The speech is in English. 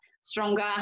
stronger